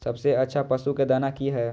सबसे अच्छा पशु के दाना की हय?